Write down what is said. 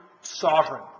sovereign